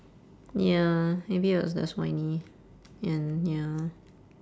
ya maybe he was less whiny and ya